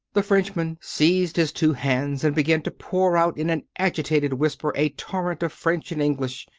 the frenchman seized his two hands and began to pour out in an agitated whisper a torrent of french and english.